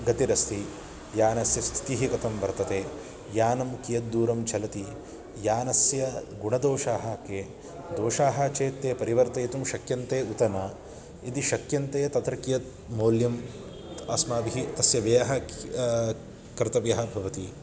गतिरस्ति यानस्य स्थितिः कथं वर्तते यानं कियद्दूरं चलति यानस्य गुणदोषाः के दोषाः चेत् ते परिवर्तयितुं शक्यन्ते उत न यदि शक्यन्ते तत्र कियत् मौल्यम् अस्माभिः तस्य व्ययः कर्तव्यः भवति